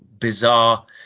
bizarre